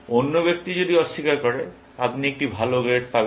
অন্য ব্যক্তি যদি অস্বীকার করে আপনি একটি ভাল গ্রেড পাবেন